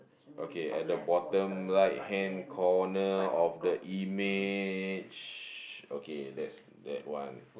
okay at the bottom right hand corner of the image okay that's that one